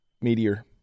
meteor